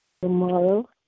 tomorrow